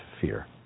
fear